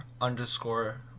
underscore